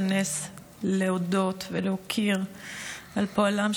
להודות להם ולהוקירם על פועלם,